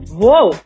Whoa